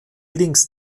links